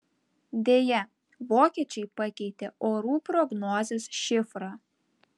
deja vokiečiai pakeitė orų prognozės šifrą